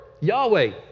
Yahweh